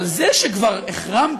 אבל זה שכבר החרמת,